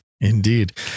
Indeed